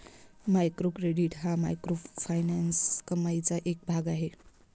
micro credit हा microfinance कमाईचा एक भाग आहे